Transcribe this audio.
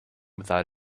without